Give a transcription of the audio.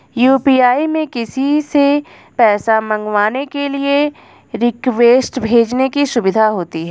UPI में किसी से पैसा मंगवाने के लिए रिक्वेस्ट भेजने की सुविधा होती है